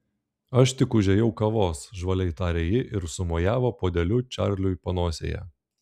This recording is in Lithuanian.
aš tik užėjau kavos žvaliai tarė ji ir sumojavo puodeliu čarliui panosėje